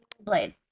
Blade